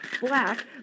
black